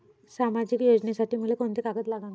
सामाजिक योजनेसाठी मले कोंते कागद लागन?